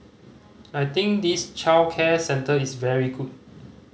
I think this childcare centre is very good